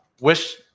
wish